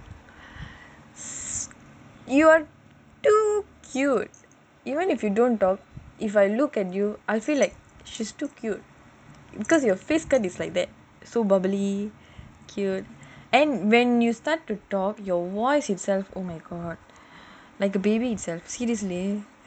you are too cute even if you don't talk if I look at you I feel like she's too cute because your face is like that so bubbly cute and when new start to talk your voice itself oh my god like a baby itself seriously